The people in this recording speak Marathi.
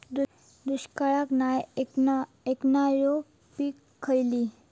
दुष्काळाक नाय ऐकणार्यो पीका खयली?